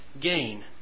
gain